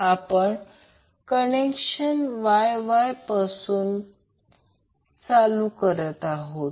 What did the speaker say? आपण Y Y connection पासून चालू करत आहोत